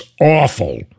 awful